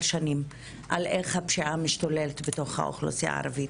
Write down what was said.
שנים על איך הפשיעה משתוללת בתוך האוכלוסייה הערבית.